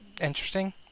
Interesting